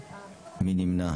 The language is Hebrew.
7. מי נמנע?